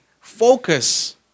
focus